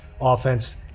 offense